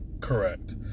Correct